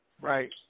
Right